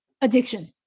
addiction